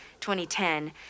2010